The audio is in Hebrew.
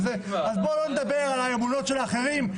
אז בוא לא נדבר על האמונות של האחרים,